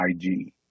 IG